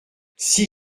six